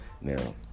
Now